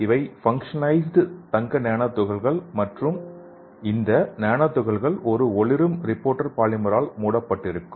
இவை பங்கசனலைசுடு தங்க நானோ துகள்கள் மற்றும் இந்த நானோ துகள்கள் ஒரு ஒளிரும் ரிப்போர்ட்டர் பாலிமர் ஆல் மூடப்பட்டிருக்கும்